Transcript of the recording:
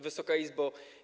Wysoka Izbo!